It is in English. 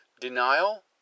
denial